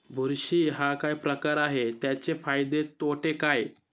बुरशी हा काय प्रकार आहे, त्याचे फायदे तोटे काय?